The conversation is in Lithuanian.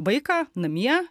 vaiką namie